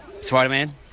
Spider-Man